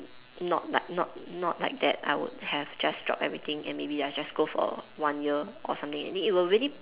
not like not not like that I would have just drop everything and maybe I just go for one year or something it will really